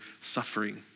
suffering